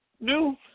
new